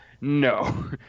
no